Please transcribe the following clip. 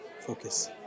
Focus